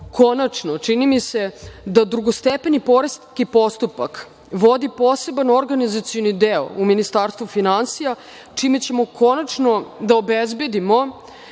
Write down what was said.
konačno, čini mi se, da drugostepeni poreski postupak vodi poseban organizacioni deo u Ministarstvu finansija, čime ćemo konačno da obezbedimo,